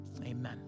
Amen